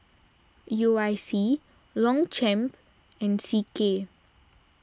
U I C Longchamp and C K